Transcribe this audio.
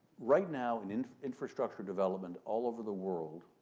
right now and in infrastructure development all over the world,